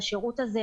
בשירות הזה,